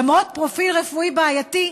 למרות פרופיל רפואי בעייתי,